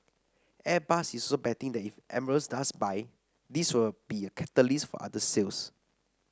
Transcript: Airbus is betting that if Emirates does buy this will be a catalyst for other sales